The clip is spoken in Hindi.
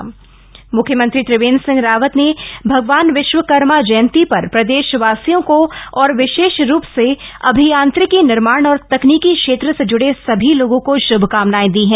विश्वकर्मा जयंती मुख्यमंत्री त्रिवेन्द्र सिंह रावत ने भगवान विश्वकर्मा जयंती पर प्रदेशवासियों को और विशेष रूप से अभियांत्रिकी निर्माण और तकनीकी क्षेत्र से जुड़े सभी लोगों को शभकामनाएं दी हैं